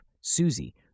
Susie